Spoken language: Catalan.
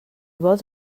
vols